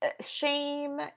shame